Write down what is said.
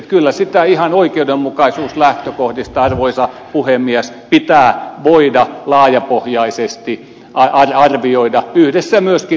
kyllä sitä ihan oikeudenmukaisuuslähtökohdista arvoisa puhemies pitää voida laajapohjaisesti arvioida yhdessä myöskin eläkeläisjärjestöjen kanssa